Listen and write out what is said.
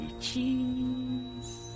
cheese